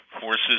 forces